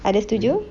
ada setuju